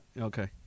okay